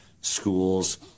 schools